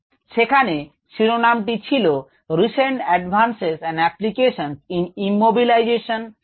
সেখানে শিরোনামটি ছিল recent advances and applications in immobilization enzyme technologies a review